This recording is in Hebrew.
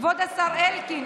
כבוד השר אלקין,